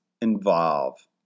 involve